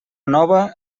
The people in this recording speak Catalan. nova